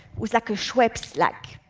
was like a schweppes, like,